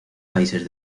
países